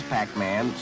Pac-Man